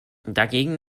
dagegen